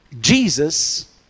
Jesus